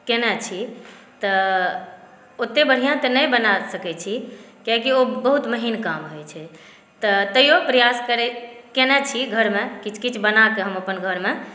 केने छी तऽ ओते बढ़िऑं तऽ नहि बनाए सकै छी कियाकि ओ बहुत महीन काम होइ छै तऽ तैयो प्रयास करै कयने छी घरमे किछु किछु बना कऽ हम अपन घरमे